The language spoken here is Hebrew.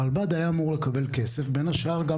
הרלב"ד היה אמור לקבל כסף, בין השאר גם